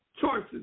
choices